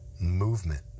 movement